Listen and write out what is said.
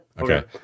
Okay